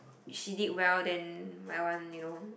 she did well than my one you know